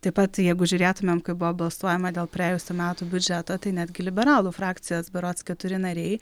taip pat jeigu žiūrėtumėm kaip buvo balsuojama dėl praėjusių metų biudžeto tai netgi liberalų frakcijos berods keturi nariai